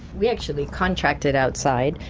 we actually contracted outside,